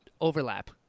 overlap